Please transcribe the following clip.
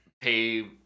pay